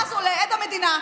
ואז עולה עד המדינה,